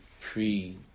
pre